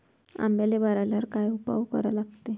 आंब्याले बार आल्यावर काय उपाव करा लागते?